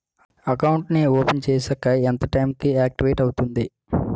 Account నీ open చేశాక ఎంత టైం కి ఆక్టివేట్ అవుతుంది?